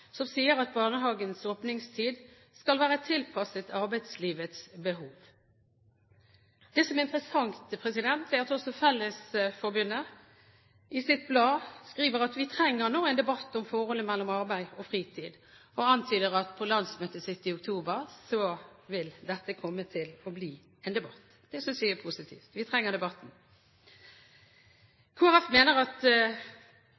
som sier at barnehagens åpningstid skal være tilpasset arbeidslivets behov. Det som er interessant, er at Fellesforbundet også i sitt blad skriver: «Vi trenger debatt om forholdet mellom arbeid og fritid.» De antyder videre at på landsmøtet sitt i oktober vil dette komme til å bli en debatt. Det synes vi er positivt. Vi trenger debatten.